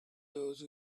those